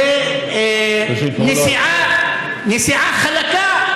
בנסיעה חלקה,